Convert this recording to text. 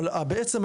בעצם,